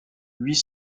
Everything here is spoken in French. huit